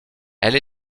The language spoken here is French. elle